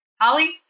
Holly